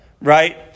right